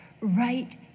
right